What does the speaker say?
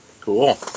cool